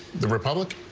the republic.